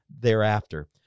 thereafter